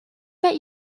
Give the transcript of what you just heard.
bet